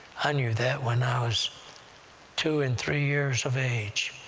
i knew that when i was two and three years of age.